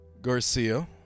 Garcia